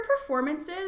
performances